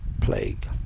plague